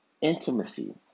intimacy